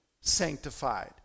sanctified